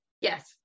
Yes